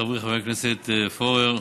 חברי חבר הכנסת פורר,